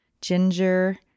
ginger